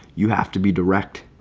you have to be direct.